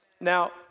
Now